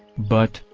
but,